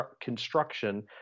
construction